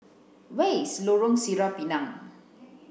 where is Lorong Sireh Pinang